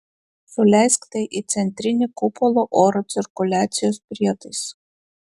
suleisk tai į centrinį kupolo oro cirkuliacijos prietaisą